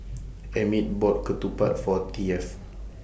Emmit bought Ketupat For Taft